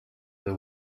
the